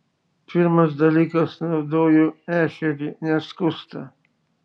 pirmas dalykas naudoju ešerį neskustą